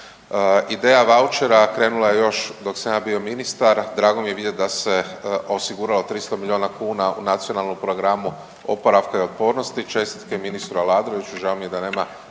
Ideja vaučera krenula je još dok sam ja bio ministar, drago mi je vidjeti da se osiguralo 300 milijuna kuna u NPOO, čestitke ministru Aladroviću, žao mi je da nema